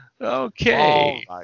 okay